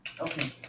Okay